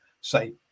say